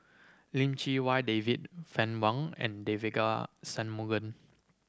Lim Chee Wai David Fann Wong and Devagi Sanmugam